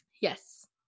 Yes